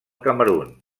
camerun